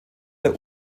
der